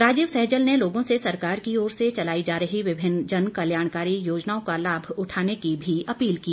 राजीव सहजल ने लोगों से सरकार की ओर से चलाई जा रही विभिन्न जनकल्याणकारी योजनाओं का लाभ उठाने की भी अपील की